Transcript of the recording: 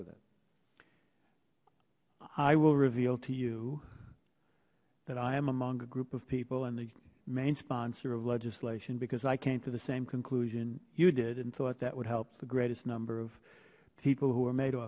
with it i will reveal to you that i am among a group of people and the main sponsor of legislation because i came to the same conclusion you did and thought that would help the greatest number of people who are made